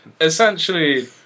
essentially